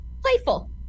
playful